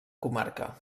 comarca